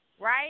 right